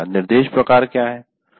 निर्देश प्रकार क्या है